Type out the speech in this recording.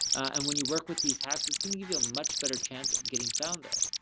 and when you work with these hacks it's going to give you a much better chance of getting found there.